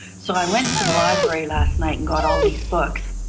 so i went to the library last night and got all these books.